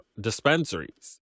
dispensaries